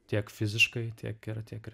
tiek fiziškai tiek ir tiek ir